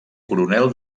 coronel